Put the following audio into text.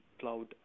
cloud